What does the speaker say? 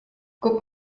guck